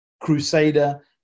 Crusader